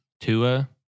Tua